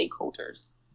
stakeholders